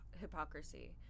hypocrisy